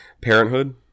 Parenthood